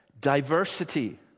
diversity